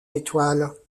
étoiles